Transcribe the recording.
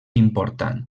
important